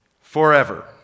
forever